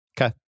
Okay